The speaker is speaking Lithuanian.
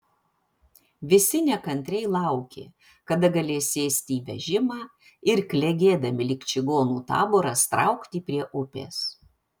visi nekantriai laukė kada galės sėsti į vežimą ir klegėdami lyg čigonų taboras traukti prie upės